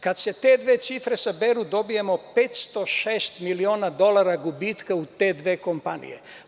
Kada se te dve cifre saberu dobijamo 506 miliona dolara gubitka u te dve kompanije.